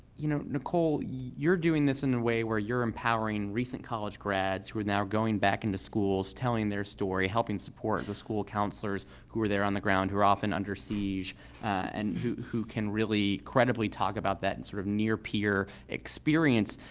you know, nicole, you're doing this in a way where you're empowering recent college grads who are now going back into schools, telling their story, helping support the school counselors who are there on the ground who are often under siege and who who can really credibly talk about that and sort of near-peer experience,